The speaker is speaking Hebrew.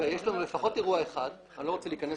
ויש לנו לפחות אירוע אחד - אני לא רוצה להיכנס אליו עכשיו